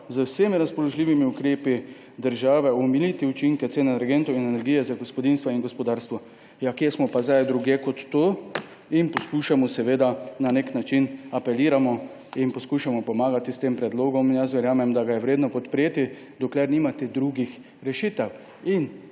»Z vsemi razpoložljivimi ukrepi države omiliti učinke cen energentov in energije za gospodinjstva in gospodarstvo.« Ja kje smo pa zdaj drugje kot tu in poskušamo, na nek način apeliramo in poskušamo pomagati s tem predlogom. Verjamem, da ga je vredno podpreti, dokler nimate drugih rešitev.